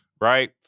right